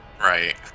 Right